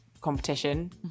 competition